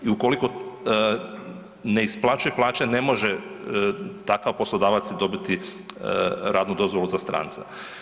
I ukoliko ne isplaćuje plaće ne može takav poslodavac dobiti radnu dozvolu za stranca.